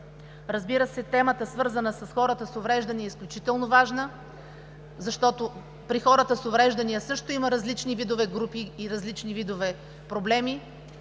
Разбира се, темата, свързана с хората с увреждания, е изключително важна, защото при хората с увреждания също има различни видове групи и различни видове проблеми.